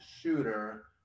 shooter